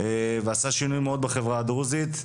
ועשה שינוי מאוד בחברה הדרוזית,